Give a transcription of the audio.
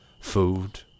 food